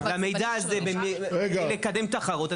------ למידע הזה לקדם תחרות.